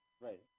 Right